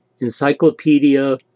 Encyclopedia